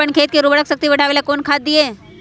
अपन खेत के उर्वरक शक्ति बढावेला कौन खाद दीये?